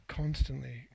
constantly